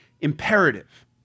imperative